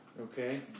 Okay